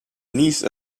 niece